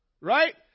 Right